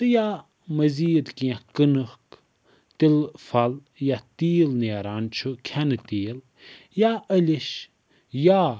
تہٕ یا مٔزیٖد کیٚنٛہہ کٔنٕکھ تِلہٕ پھل یَتھ تیٖل نیران چھُ کھٮ۪نہٕ تیٖل یا عٔلِش یا